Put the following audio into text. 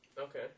Okay